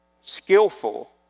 skillful